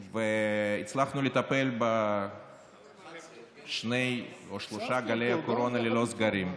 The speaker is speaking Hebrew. והצלחנו לטפל בשניים או שלושה גלי קורונה ללא סגרים.